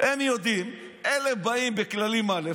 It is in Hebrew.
הם יודעים שאלה באים בכללים א',